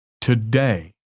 today